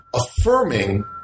affirming